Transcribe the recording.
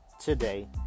today